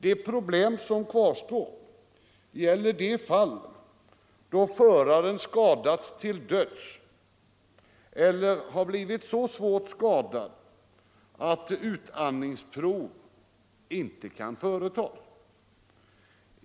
De problem som kvarstår gäller de fall då föraren skadas till döds eller blir så svårt skadad att utandningsprov inte kan företas.